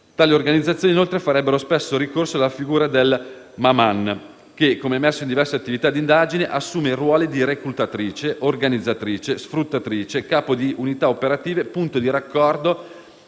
Tali organizzazioni, inoltre, farebbero spesso ricorso alla figura della *maman* che, come emerso in diverse attività d'indagine, assume i ruoli di reclutatrice, organizzatrice, sfruttatrice, capo di unità operative, punto di raccordo